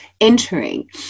entering